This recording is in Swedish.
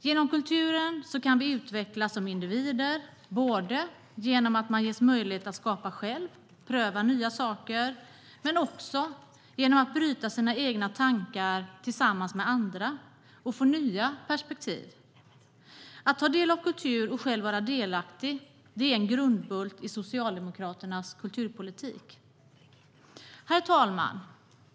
Genom kulturen kan vi utvecklas som individer, både genom att vi ges möjlighet att skapa själva och pröva nya saker och genom att bryta sina egna tankar tillsammans med andra och få nya perspektiv. Att ta del av kultur och själv vara delaktig är en grundbult i Socialdemokraternas kulturpolitik. Herr talman!